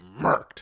murked